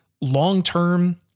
long-term